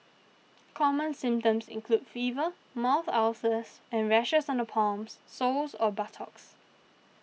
common symptoms include fever mouth ulcers and rashes on the palms soles or buttocks